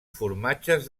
formatges